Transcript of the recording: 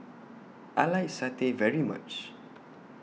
I like Satay very much